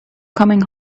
coming